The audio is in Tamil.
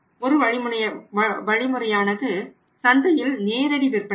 ஒரு வழிமுறையானது சந்தையில் நேரடி விற்பனையாகும்